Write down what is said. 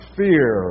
fear